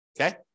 Okay